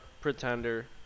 pretender